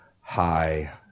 high